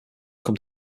come